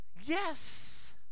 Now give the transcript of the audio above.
Yes